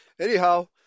Anyhow